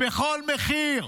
בכל מחיר.